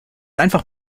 einfach